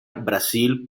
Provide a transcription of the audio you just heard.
brasil